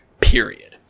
Period